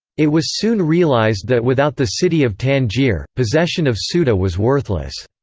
it was soon realized that without the city of tangier, possession of so ceuta was worthless.